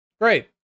Great